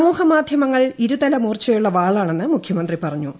സമൂഹ മാധ്യമങ്ങൾ ഇരുതലമൂർച്ചയുള്ള വാളാണെന്ന് മുഖ്യമന്ത്രി പറഞ്ഞു